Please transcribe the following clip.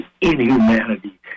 inhumanity